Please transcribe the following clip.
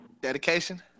Dedication